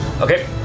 Okay